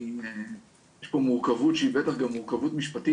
יש פה מורכבות שהיא בטח גם מורכבות משפטית